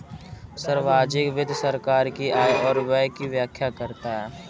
सार्वजिक वित्त सरकार की आय और व्यय की व्याख्या करता है